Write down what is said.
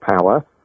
power